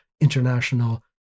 international